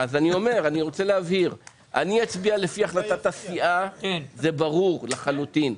אני אצביע לפי החלטת הסיעה; זה ברור לחלוטין,